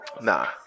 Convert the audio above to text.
Nah